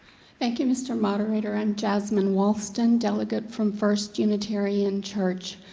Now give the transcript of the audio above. thank you, mr. moderator. i'm jasmine walston, delegate from first unitarian church,